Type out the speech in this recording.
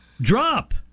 drop